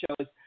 shows